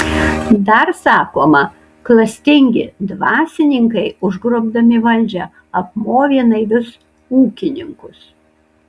dar sakoma klastingi dvasininkai užgrobdami valdžią apmovė naivius ūkininkus